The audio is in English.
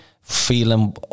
feeling